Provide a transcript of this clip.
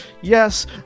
Yes